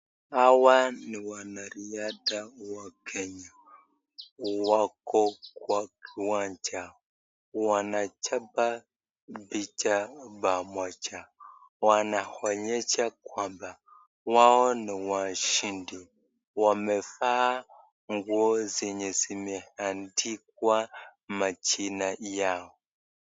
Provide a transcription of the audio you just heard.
Hawa ni wanariadha wa Kenya, wako kwa kiwanja. Wanachapa picha pamoja. Wanaonyesha kwamba wao washindi. Wamevaa nguo zenye zimeandikwa majina yao.